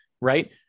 Right